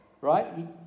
right